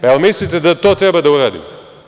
Pa, jel mislite da to treba da uradimo?